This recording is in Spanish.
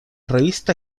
revista